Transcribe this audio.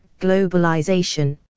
globalization